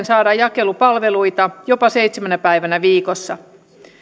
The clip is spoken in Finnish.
saada jakelupalveluita jopa seitsemänä päivänä viikossa